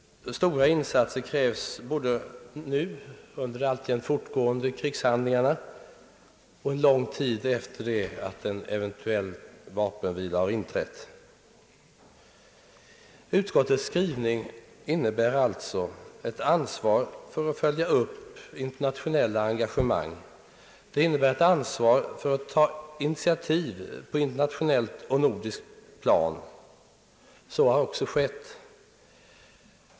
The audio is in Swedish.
Stora insatser krävs både nu under de alltjämt fortgående krigshandlingarna och under lång tid efter det att eventuell vapenvila har inträtt. Utskottets skrivning innebär ett ansvar för att följa upp internationella engagemang; det innebär ett ansvar för att ta initiativ på internationellt och nordiskt plan, vilket också skett.